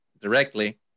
directly